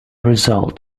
result